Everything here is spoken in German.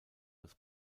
als